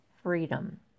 freedom